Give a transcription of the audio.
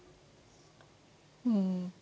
mm